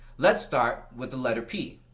let's start with the letter p,